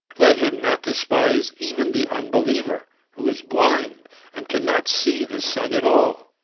let him not despise even the unbeliever who is blind and cannot see the sun at all.